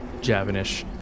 Javanish